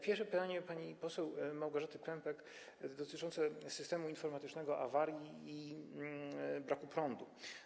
Pierwsze pytanie pani poseł Małgorzaty Pępek dotyczyło systemu informatycznego, awarii i braku prądu.